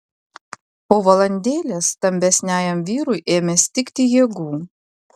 po valandėlės stambesniajam vyrui ėmė stigti jėgų